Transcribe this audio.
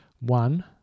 One